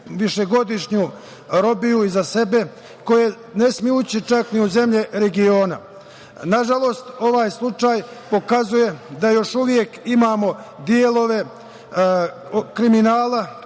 višegodišnju robiju iza sebe, koji ne smeju ući čak ni u zemlje regiona. Nažalost, ovaj slučaj pokazuje da još uvek imamo delove kriminala